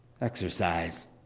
Exercise